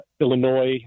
Illinois